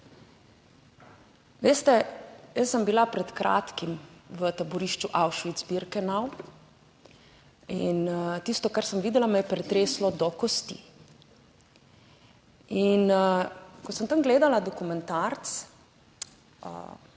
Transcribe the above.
Veste, jaz sem bila pred kratkim v taborišču Auschwitz-Birkenau in tisto, kar sem videla, me je pretreslo do kosti in ko sem tam gledala dokumentarec,